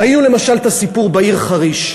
ראינו למשל את הסיפור בעיר חריש,